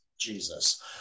Jesus